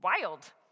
wild